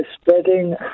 spreading